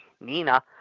Nina